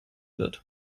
wird